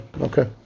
okay